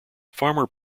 farmer